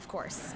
of course